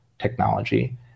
Technology